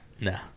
no